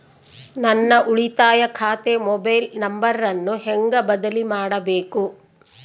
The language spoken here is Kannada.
ನನ್ನ ಉಳಿತಾಯ ಖಾತೆ ಮೊಬೈಲ್ ನಂಬರನ್ನು ಹೆಂಗ ಬದಲಿ ಮಾಡಬೇಕು?